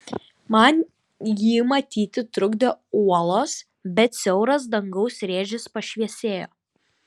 man jį matyti trukdė uolos bet siauras dangaus rėžis pašviesėjo